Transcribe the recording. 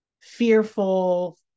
Fearful